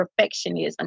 perfectionism